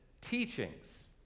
teachings